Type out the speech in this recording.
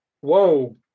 Whoa